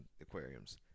aquariums